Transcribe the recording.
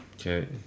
Okay